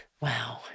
Wow